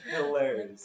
Hilarious